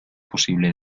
posible